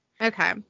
Okay